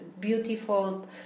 beautiful